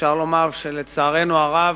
אפשר לומר שלצערנו הרב,